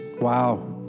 Wow